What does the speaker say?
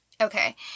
Okay